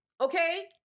Okay